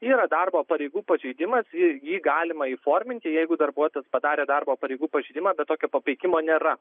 yra darbo pareigų pažeidimas jį jį galima įforminti jeigu darbuotojas padarė darbo pareigų pažeidimą bet tokio papeikimo nėra